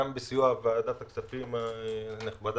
בעיקר בסיוע ועדת הכספים הנחמדה,